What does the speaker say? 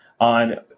on